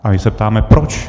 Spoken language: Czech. A my se ptáme proč.